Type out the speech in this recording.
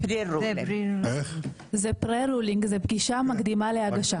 זה פגישה מקדימה להגשה.